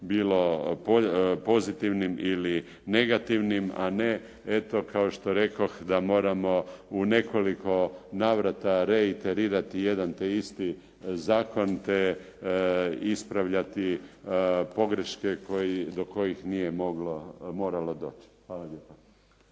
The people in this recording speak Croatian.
bilo pozitivnim ili negativnim, a ne kao što rekoh da moramo u nekoliko navrata reterirati jedan te isti zakon te ispravljati pogreške do kojih nije moralo doći. Hvala lijepa.